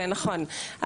ונכון,